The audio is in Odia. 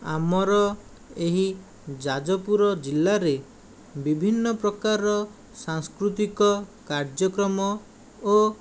ଆମର ଏହି ଯାଜପୁର ଜିଲ୍ଲାରେ ବିଭିନ୍ନ ପ୍ରକାରର ସାଂସ୍କୃତିକ କାର୍ଯ୍ୟକ୍ରମ ଓ